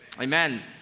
Amen